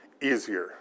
easier